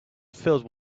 filled